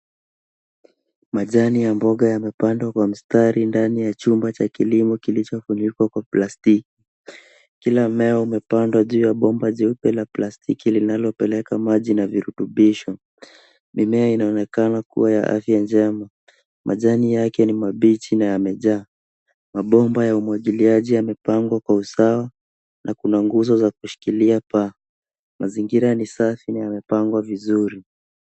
Majani ya mboga yamepandwa kwa mstari ndani ya chumba cha kilimo kilicho funikwa kwa plastiki. Kila mmea ume pandwa juu bomba jeupe la plastiki linalo peleka maji na virutubisho. Mimea inaonekana kuwa ya afya njema. Majani yake ni ya mabichi na yamejaa. Mabomba ya umwagiliaji yamepangwa kwa usawa na kuna nguzo za kushikilia paa. Mazingira ni safi na yamepangwa vizuri.